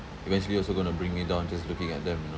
eventually also going to bring me down just looking at them you know